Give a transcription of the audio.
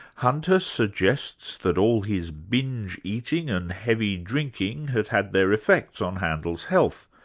hunter suggests that all his binge eating and heavy drinking had had their effects on handel's health,